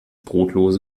brotlose